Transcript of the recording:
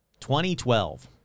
2012